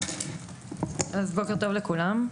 אז בוקר טוב לכולם.